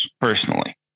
personally